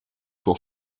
pour